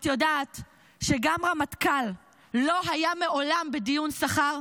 את יודעת שגם הרמטכ"ל לא היה מעולם בדיון שכר?